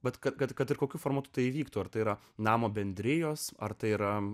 bet kad kad kad ir kokiu formatu tai įvyktų ar tai yra namo bendrijos ar tai yra